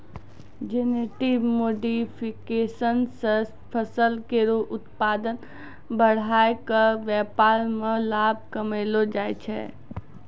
genetic modification सें फसल केरो उत्पादन बढ़ाय क व्यापार में लाभ कमैलो जाय छै